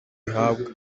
ihabwa